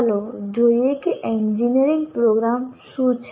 ચાલો જોઈએ કે એન્જિનિયરિંગ પ્રોગ્રામ્સ શું છે